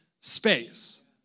space